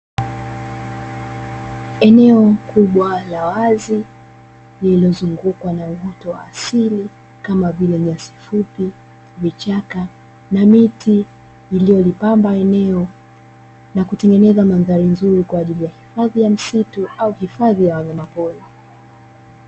Eneo kubwa la wazi lililozungukwa na uoto wa asili kama vile; nyasi fupi, vichaka na miti iliyolipamba eneo na kutengeneza mandhari nzuri kwa ajili ya hifadhi ya msitu au hifadhi ya wanyama pori.